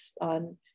on